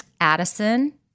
Addison